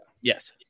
yes